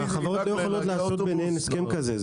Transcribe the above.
החברות לא יכולות לעשות ביניהן הסכם כזה,